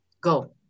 go